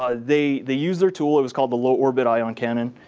ah they they used their tool it was called the low orbit ion cannon.